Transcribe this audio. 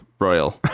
Royal